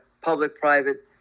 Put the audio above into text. public-private